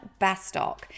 Bastock